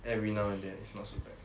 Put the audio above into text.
every now and then is not so bad